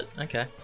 Okay